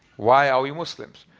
why are we muslims?